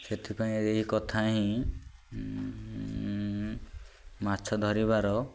ସେଥିପାଇଁ ଏହି କଥା ହିଁ ମାଛ ଧରିବାର